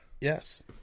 Yes